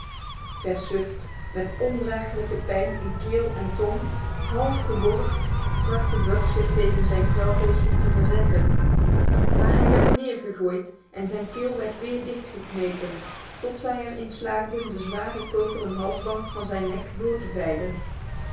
versuft met ondraaglijke pijn in keel en tong half geworgd trachtte buck zich tegen zijn kwelgeesten te verzetten maar hij werd neergegooid en zijn keel werd weer dichtgeknepen tot zij er in slaagden de zware koperen halsband van zijn nek door te vijlen